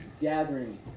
gathering